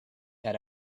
had